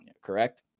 correct